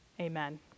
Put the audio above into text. Amen